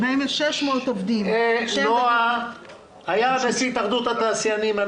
שמענו את נשיא התאחדות התעשיינים,